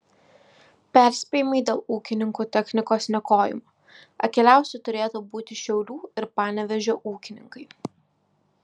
perspėjimai dėl ūkininkų technikos niokojimo akyliausi turėtų būti šiaulių ir panevėžio ūkininkai